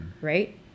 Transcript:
right